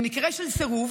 במקרה של סירוב